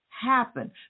happen